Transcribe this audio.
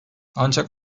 ancak